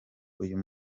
uyu